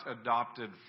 adopted